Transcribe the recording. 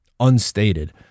unstated